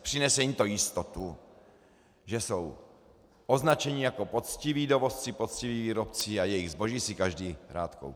Přinese jim to jistotu, že jsou označeni jako poctiví dovozci, poctiví výrobci, a jejich zboží si každý rád koupí.